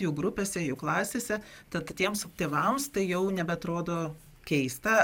jų grupėse jų klasėse tad tiems tėvams tai jau nebeatrodo keista